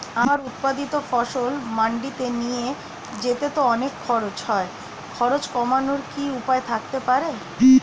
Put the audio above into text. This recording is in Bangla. আমার উৎপাদিত ফসল মান্ডিতে নিয়ে যেতে তো অনেক খরচ হয় খরচ কমানোর কি উপায় থাকতে পারে?